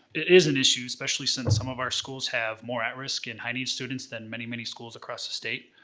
it is an issue, especially since some of our schools have more at-risk and high-needs students than many, many schools across the state.